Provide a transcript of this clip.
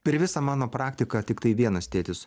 per visą mano praktiką tiktai vienas tėtis